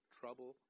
trouble